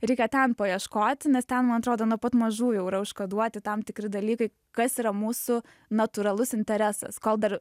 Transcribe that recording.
reikia ten paieškoti nes ten man atrodo nuo pat mažų jau yra užkoduoti tam tikri dalykai kas yra mūsų natūralus interesas kol dar